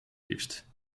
liefst